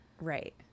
Right